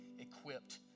equipped